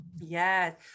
Yes